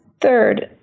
Third